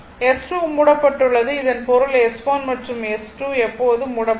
S2 மூடப்பட்டுள்ளது இதன் பொருள் S1 மற்றும் S2 எப்போதும் மூடப்பட்டிருக்கும்